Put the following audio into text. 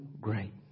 great